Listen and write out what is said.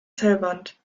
zellwand